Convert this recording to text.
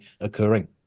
occurring